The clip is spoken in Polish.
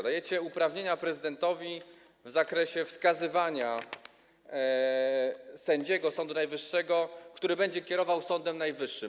Dajecie uprawnienia prezydentowi w zakresie wskazywania sędziego Sądu Najwyższego, który będzie kierował Sądem Najwyższym.